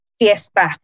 fiesta